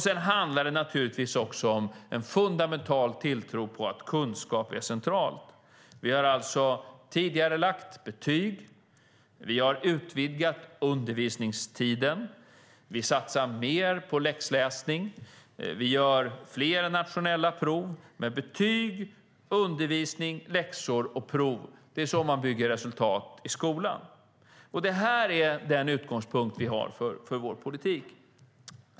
Sedan handlar det naturligtvis om en fundamental tilltro på att kunskap är central. Vi har tidigarelagt betyg, och vi har utvidgat undervisningstiden. Vi satsar mer på läxläsning och har fler nationella prov. Med betyg, undervisning, läxor och prov bygger man resultat i skolan. Det här är den utgångspunkt vi har för vår politik.